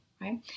right